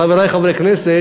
חברי חברי הכנסת,